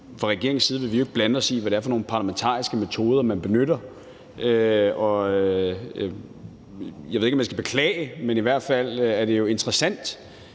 Fra regeringens side vil vi jo ikke blande os i, hvad det er for nogle parlamentariske metoder, man benytter, og jeg ved ikke, om jeg skal beklage det, men i hvert fald er det jo interessant,